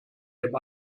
dem